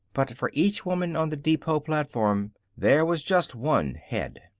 but for each woman on the depot platform there was just one head.